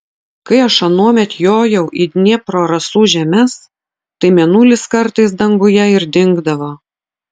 kai aš anuomet jojau į dniepro rasų žemes tai mėnulis kartais danguje ir dingdavo